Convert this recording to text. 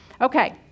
Okay